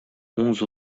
onze